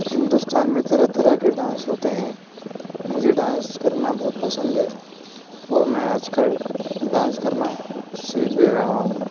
ہندوستان میں طرح طرح کے ڈانس ہوتے ہیں مجھے ڈانس کرنا بہت پسند ہے اور میں آج کل ڈانس کرنا سیکھ بھی رہا ہوں